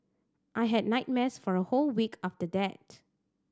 I had nightmares for a whole week after that